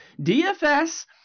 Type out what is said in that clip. DFS